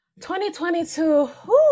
2022